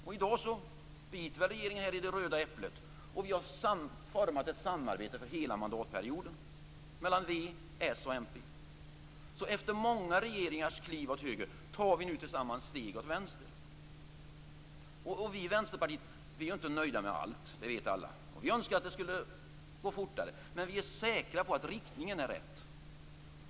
Och i dag biter regeringen väl i det röda äpplet. Vi har format ett samarbete för hela mandatperioden mellan v, s och mp. Så efter många regeringars kliv åt höger tar vi nu tillsammans steg åt vänster. Vi i Vänsterpartiet är inte nöjda med allt, det vet alla, och vi önskar att det skulle gå fortare, men vi är säkra på att riktningen är rätt.